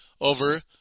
over